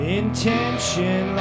intention